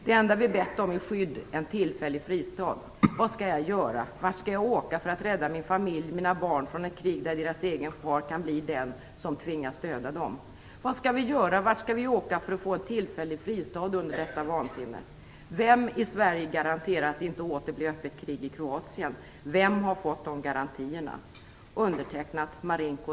Det enda vi har bett om är skydd, en tillfällig fristad. Vad skall jag göra? Vart skall jag åka för att rädda min familj, mina barn från ett krig där deras egen far kan bli den som tvingas döda dem? Vad skall vi göra, vart skall vi åka för att få en tillfällig fristad undan detta vansinne? Vem i Sverige garanterar att det inte åter blir öppet krig i Kroatien? Vem har fått de garantierna?